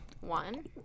One